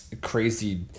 crazy